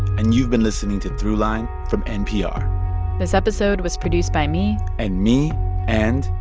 and you've been listening to throughline from npr this episode was produced by me. and me and.